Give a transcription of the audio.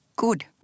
Good